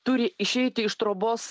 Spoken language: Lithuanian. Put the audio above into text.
turi išeiti iš trobos